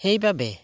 সেইবাবে